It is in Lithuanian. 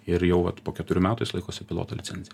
ir jau vat po keturių metų jis laikosi piloto licenciją